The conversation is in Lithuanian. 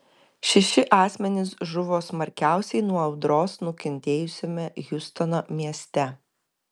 šeši asmenys žuvo smarkiausiai nuo audros nukentėjusiame hjustono mieste